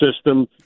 system